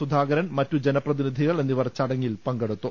സുധാകരൻ മറ്റു ജനപ്രതിനിധികൾഎന്നിവർ ചടങ്ങിൽ പങ്കെടുത്തു